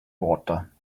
water